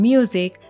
Music